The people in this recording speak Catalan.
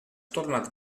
tornat